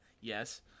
yes